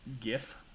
gif